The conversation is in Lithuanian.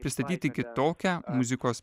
pristatyti kitokią muzikos